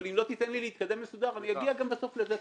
אבל אם לא תיתן לי להתקדם מסודר אני אגיע גם בסוף לזה,